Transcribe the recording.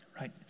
right